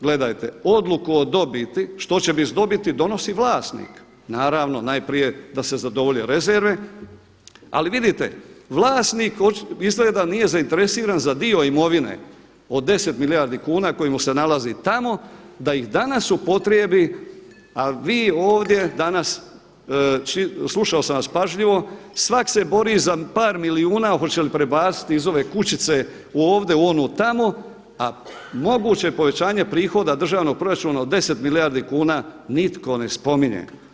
Gledajte odluku o dobiti što će biti s dobiti donosi vlasnik, naravno najprije da se zadovolje rezerve, ali vidite vlasnik izgleda nije zainteresiran za dio imovine od 10 milijardi kuna koji mu se nalazi tamo da ih danas upotrijebi a vi ovdje danas, slušao sam vas pažljivo svak se bori za par milijuna hoće li prebaciti iz ove kućice ovdje u onu tamo a moguće povećanje prihoda državnog proračuna od 10 milijardi kuna nitko ne spominje.